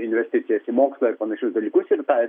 investicijas į mokslą ir panašius dalykus ir tą